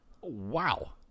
Wow